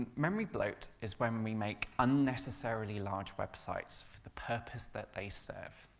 ah memory bloat is when when we make unnecessarily large websites for the purpose that they serve.